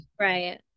Right